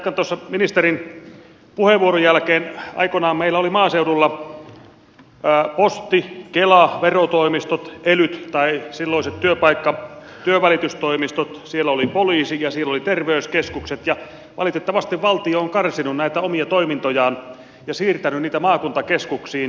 jatkan ministerin puheenvuoron jälkeen aikoinaan meillä oli maaseudulla posti kela verotoimistot elyt tai silloiset työnvälitystoimistot siellä oli poliisi ja siellä olivat terveyskeskukset ja valitettavasti valtio on karsinut näitä omia toimintojaan ja siirtänyt niitä maakuntakeskuksiin